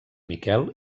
miquel